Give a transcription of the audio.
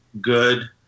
good